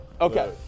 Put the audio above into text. Okay